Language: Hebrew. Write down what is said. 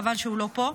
חבל שהוא לא פה,